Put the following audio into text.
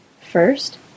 First